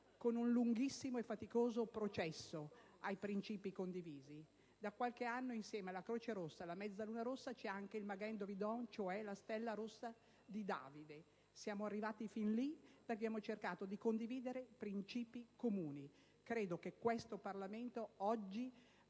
con un lunghissimo e faticoso processo ai principi condivisi. Da qualche anno, insieme alla Croce rossa ed alla Mezzaluna rossa, c'è anche il *Magen David Adom,* ossia la stella rossa di Davide: siamo arrivati fin lì perché abbiamo cercato di condividere princìpi comuni. Credo che questo Parlamento oggi